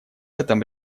этом